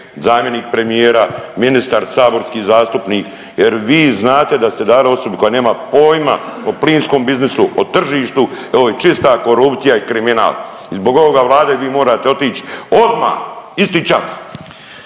zamjenik premijera, ministar, saborski zastupnik jer vi znate da ste znali osobi koja nema poima o plinskom biznisu, o tržištu i ovo je čista korupcija i kriminal i zbog ovoga vlada i vi morate otići odmah isti čas.